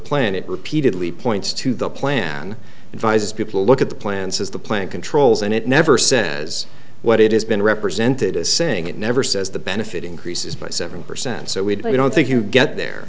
planet repeatedly points to the plan advise people look at the plans as the plan controls and it never says what it has been represented as saying it never says the benefit increases by seven percent so we don't think you get the